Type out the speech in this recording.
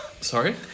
Sorry